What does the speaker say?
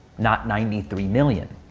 not ninety three million.